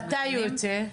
מתי יוצא?